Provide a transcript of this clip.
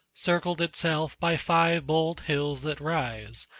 circled itself by five bold hills that rise,